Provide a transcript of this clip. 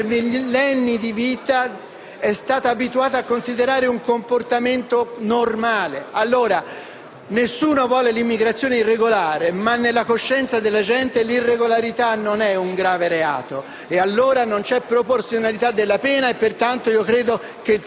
per millenni, è stata abituata a considerare un comportamento normale? Nessuno vuole l'immigrazione irregolare, ma nella coscienza della gente l'irregolarità non è un grave reato, e allora non c'è proporzionalità della pena: credo pertanto che anche